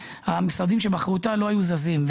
המשרדים שבאחריותה לא היו זזים.